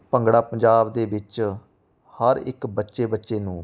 ਭੰਗੜਾ ਪੰਜਾਬ ਦੇ ਵਿੱਚ ਹਰ ਇੱਕ ਬੱਚੇ ਬੱਚੇ ਨੂੰ